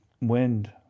wind